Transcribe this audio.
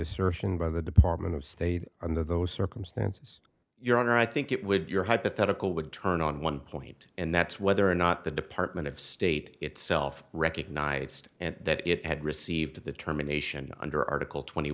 assertion by the department of state under those circumstances your honor i think it would your hypothetical would turn on one point and that's whether or not the department of state itself recognized that it had received the term a nation under article twenty